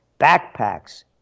backpacks